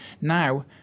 now